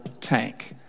tank